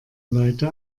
leute